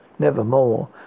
Nevermore